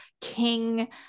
king